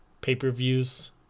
pay-per-views